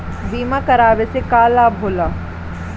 बीमा करावे से का लाभ होला?